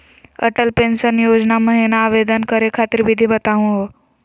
Atal pension Yojana महिना आवेदन करै खातिर विधि बताहु हो?